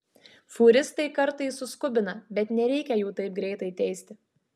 fūristai kartais suskubina bet nereikia jų taip greitai teisti